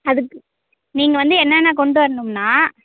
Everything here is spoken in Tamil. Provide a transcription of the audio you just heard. அதுக்கு நீங்கள் வந்து என்னென்ன கொண்டு வரணும்னால்